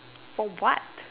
oh god